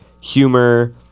humor